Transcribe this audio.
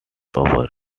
over